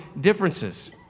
differences